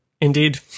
Indeed